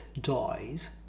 dies